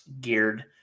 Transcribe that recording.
geared